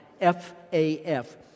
F-A-F